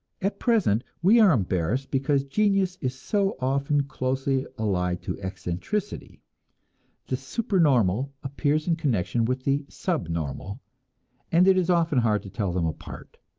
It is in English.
at present we are embarrassed because genius is so often closely allied to eccentricity the supernormal appears in connection with the subnormal and it is often hard to tell them apart.